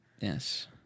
Yes